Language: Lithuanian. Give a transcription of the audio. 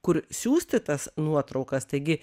kur siųsti tas nuotraukas taigi